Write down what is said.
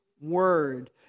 word